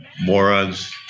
moron's